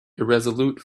irresolute